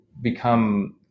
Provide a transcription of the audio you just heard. become